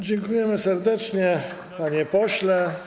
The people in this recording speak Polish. Dziękujemy serdecznie, panie pośle.